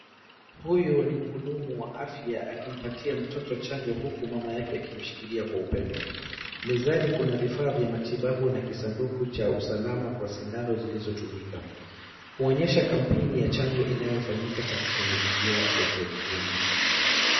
Huyu ni mhudumu wa afya akimpatia mtoto chanjo huku mama yake akimshikilia kwa upendo. Mezani kuna vifaa vya matibabu na kisanduku cha usalama kwa sindano zilizotumika, kuonyesha kampeni ya chanjo inayofanyika katika mazingira ya kijamii.